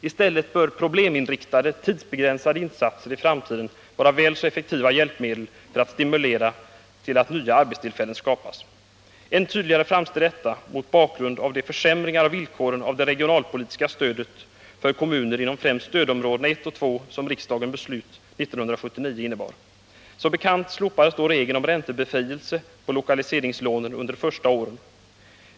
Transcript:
I stället bör probleminriktade, tidsbegränsade insatser i framtiden vara väl så effektiva hjälpmedel för att stimulera till att nya arbetstillfällen skapas. Än tydligare framstår detta mot bakgrund av de försämringar av villkoren för det regionalpolitiska stödet för kommuner inom främst stödområdena 1 och 2 som riksdagens beslut 1979 innebar. Som bekant slopades regeln om räntebefrielse på lokaliseringslånen under de första åren.